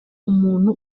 umuntu